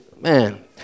man